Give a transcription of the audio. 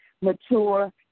mature